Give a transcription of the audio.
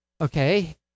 Okay